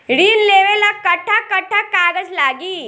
ऋण लेवेला कट्ठा कट्ठा कागज लागी?